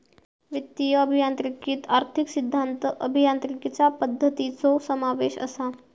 वित्तीय अभियांत्रिकीत आर्थिक सिद्धांत, अभियांत्रिकीचा पद्धतींचो समावेश असा